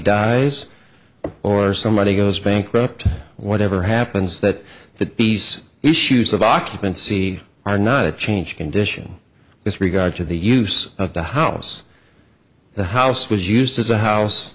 dies or somebody goes bankrupt whatever happens that that these issues of occupancy are not a change condition with regard to the use of the house the house was used as a